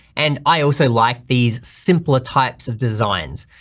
and i also liked these simpler types of designs.